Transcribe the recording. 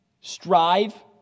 strive